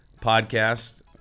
Podcast